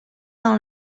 dans